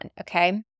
okay